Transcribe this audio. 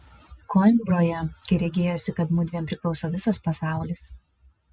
koimbroje kai regėjosi kad mudviem priklauso visas pasaulis